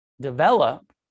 develop